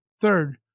Third